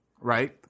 right